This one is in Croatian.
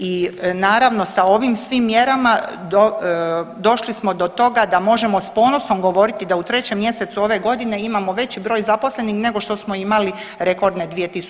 I naravno sa ovim svim mjerama došli smo do toga da možemo s ponosom govoriti da u 3. mjesecu ove godine imamo veći broj zaposlenih nego što smo imali rekordne 2019.g.